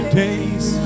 days